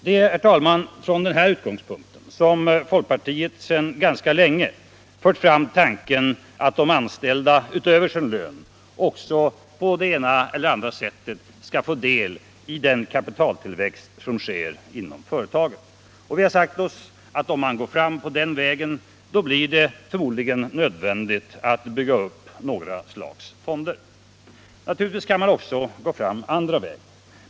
Det är, herr talman, från den här utgångspunkten som folkpartiet sedan ganska länge fört fram tanken att de anställda utöver sin lön också på ett eller annat sätt skall få del i den kapitaltillväxt som sker inom företagen. Och vi har sagt oss att om man går fram på den vägen blir det förmodligen nödvändigt att bygga upp några slags fonder. Naturligtvis kan man också gå fram på andra vägar.